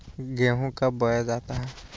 गेंहू कब बोया जाता हैं?